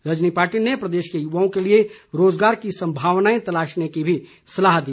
रजनी पाटिल ने प्रदेश के युवाओं के लिए रोजगार की संभावनाएं तलाशने की भी राज्य सरकार को सलाह दी